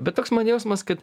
tai bet koks man jausmas kad